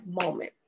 moment